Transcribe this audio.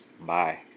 Bye